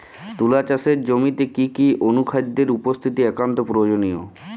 তুলা চাষের জমিতে কি কি অনুখাদ্যের উপস্থিতি একান্ত প্রয়োজনীয়?